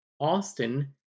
Austin